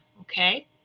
okay